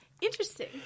Interesting